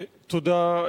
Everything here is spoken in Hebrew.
תודה,